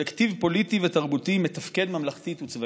קולקטיב פוליטי ותרבותי מתפקד ממלכתית וצבאית".